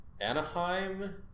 Anaheim